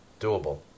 doable